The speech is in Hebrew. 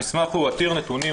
המסמך הוא עתיר נתונים,